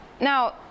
now